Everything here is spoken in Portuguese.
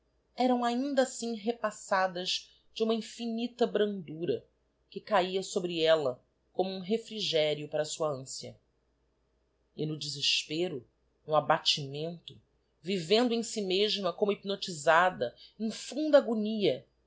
eram ainda assim repassadas de uma infinita brandura que cahia sobre ella como um refrigério para sua anciã e no desespero no abatimento vivendo em si mesma como hypnotisada em funda agonia